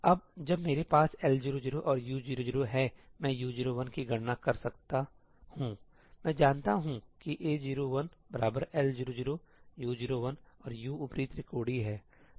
अब जब मेरे पास L00 और U00 हैमैं U01 की गणना कर सकता हूंमैं जानता हूं की A01L00U01 और U ऊपरी त्रिकोणीय है